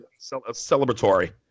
celebratory